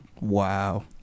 Wow